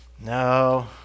no